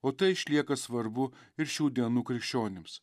o tai išlieka svarbu ir šių dienų krikščionims